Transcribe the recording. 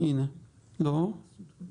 להודות לכבוד היושב-ראש על הדיון,